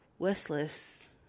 Westless